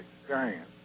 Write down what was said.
experience